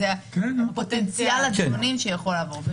ויש כאן ויכוח על דיונים מהותיים עד תום ההליכים,